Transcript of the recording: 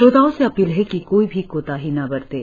श्रोताओं से अपील है कि कोई भी कोताही न बरतें